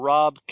Rob